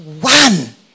one